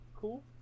Cool